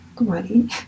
ready